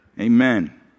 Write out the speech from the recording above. amen